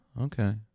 Okay